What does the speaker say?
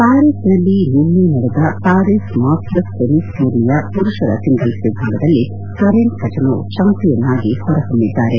Paris ನಲ್ಲಿ ನಿನ್ನೆ ನಡೆದ ಪ್ಲಾರಿಸ್ ಮಾಸ್ಸರ್ಸ್ ಟೆನಿಸ್ ಟೂರ್ನಿಯ ಪುರುಷರ ಸಿಂಗಲ್ಸ್ ವಿಭಾಗದಲ್ಲಿ ಕರೆನ್ ಖಚನೊವ್ ಚಾಂಪಿಯನ್ ಆಗಿ ಹೊರಹೊಮಿದ್ದಾರೆ